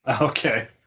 Okay